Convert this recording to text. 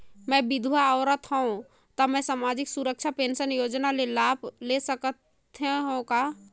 मैं विधवा औरत हवं त मै समाजिक सुरक्षा पेंशन योजना ले लाभ ले सकथे हव का?